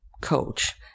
coach